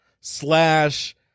slash